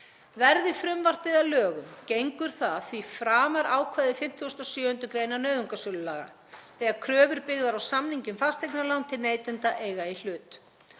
Verði frumvarpið að lögum gengur það því framar ákvæði 57. gr. nauðungarsölulaga þegar kröfur byggðar á samningi um fasteignalán til neytenda eiga í hlut.